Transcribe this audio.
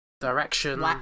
direction